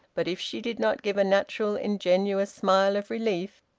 but if she did not give a natural ingenuous smile of relief,